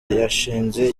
yashinze